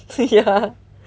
ya